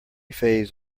phase